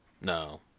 No